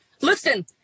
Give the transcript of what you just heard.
listen